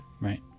right